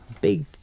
Big